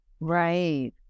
Right